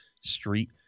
street